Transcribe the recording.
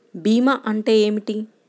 భీమా అంటే ఏమిటి?